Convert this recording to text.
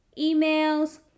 emails